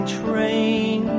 train